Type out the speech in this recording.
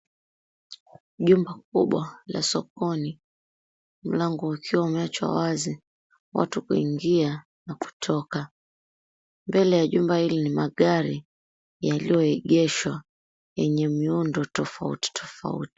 Jumba kubwa la sokoni mlango ukiwa umewachwa wazi watu kuingia na kutoka, mbele ya jumba hili ni magari yaliyoegeshwa yenye miundo tofauti tofauti.